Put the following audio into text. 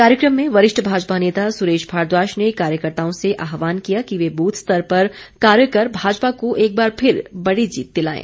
कार्यक्रम में वरिष्ठ भाजपा नेता सुरेश भारद्वाज ने कार्यकर्ताओं से आहवान किया कि वे बूथ स्तर पर कार्य कर भाजपा को एक बार फिर बड़ी जीत दिलाएं